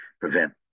prevent